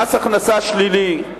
מס הכנסה שלילי הוא